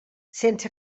sense